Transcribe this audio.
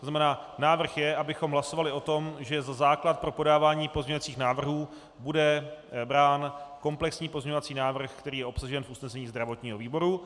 To znamená, návrh je, abychom hlasovali o tom, že za základ pro podávání pozměňovacích návrhů bude brán komplexní pozměňovací návrh, který je obsažen v usnesení zdravotního výboru.